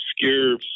obscure